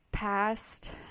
past